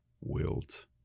Wilt